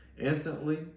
Instantly